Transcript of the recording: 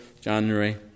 January